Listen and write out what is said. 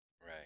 right